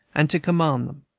and to command them.